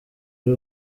ari